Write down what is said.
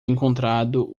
encontrado